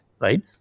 right